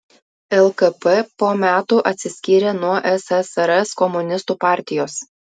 lkp po metų atsiskyrė nuo ssrs komunistų partijos